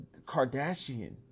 Kardashian